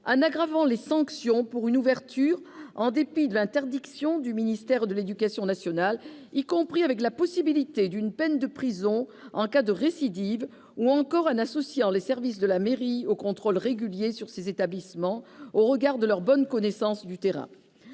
en aggravant les sanctions pour une ouverture en dépit de l'interdiction du ministère de l'éducation nationale, y compris en prévoyant la possibilité d'une peine de prison en cas de récidive, ou encore en associant les services de la mairie aux contrôles réguliers de ces établissements, au regard de leur bonne connaissance du terrain.